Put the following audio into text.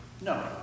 No